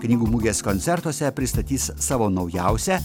knygų mugės koncertuose pristatys savo naujausią